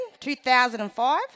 2005